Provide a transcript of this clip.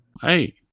Hey